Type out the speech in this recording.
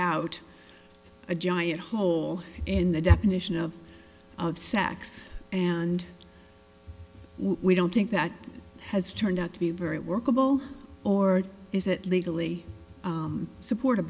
out a giant hole in the definition of sex and we don't think that has turned out to be very workable or is it legally support